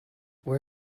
where